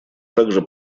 также